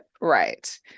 Right